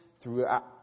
throughout